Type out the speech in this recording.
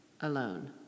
alone